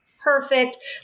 perfect